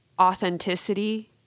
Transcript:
authenticity